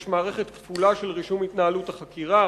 יש מערכת כפולה של רישום התנהלות החקירה